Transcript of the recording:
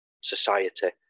society